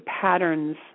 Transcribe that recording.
patterns